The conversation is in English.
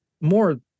more